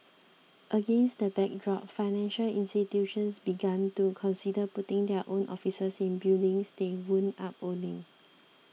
against that backdrop financial institutions began to consider putting their own offices in buildings they wound up owning